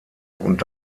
und